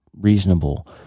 reasonable